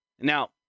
Now